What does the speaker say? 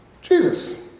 Jesus